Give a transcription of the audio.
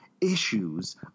issues